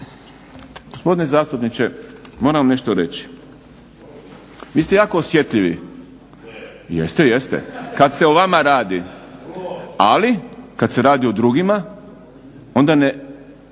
Gospodine zastupniče moram vam nešto reći. Vi ste jako osjetljivi. Jeste, jeste kad se o vama radi. Ali kad se radi o drugima onda nemate